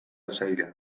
zaila